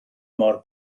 mor